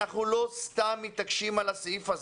אנחנו לא סתם מתעקשים על הסעיף הזה.